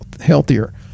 healthier